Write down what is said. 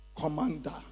commander